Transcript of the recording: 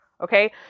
Okay